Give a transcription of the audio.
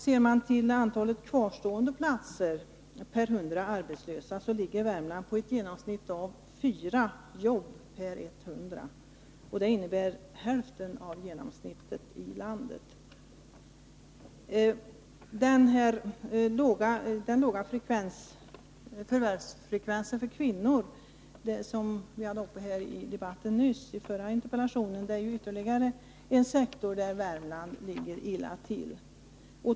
Ser man på antalet kvarstående platser per 100 arbetslösa finner man att Värmland ligger på ett genomsnitt av fyra jobb för varje hundratal personer. Det innebär hälften av genomsnittet i landet. Även när det gäller den låga förvärvsfrekvensen för kvinnor, som vi hade uppe nyss i den förra interpellationsdebatten, ligger Värmland illa till.